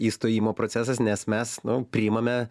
įstojimo procesas nes mes nu priimame